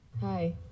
Hi